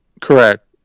Correct